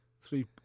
three